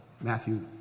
Matthew